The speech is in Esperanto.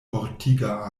mortiga